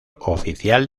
oficial